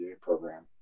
program